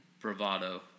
Bravado